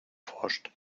forscht